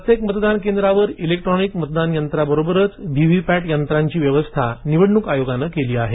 प्रत्येक मतदान केंद्रावर इलेक्ट्रॉनिक मतदान यंत्राबरोबरच व्हीव्हीपॅट यंत्राचीही व्यवस्था निवडणूक आयोगानं केली आहे